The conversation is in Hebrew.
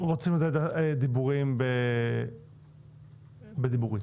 שאפשר לדבר באמצעות הדיבורית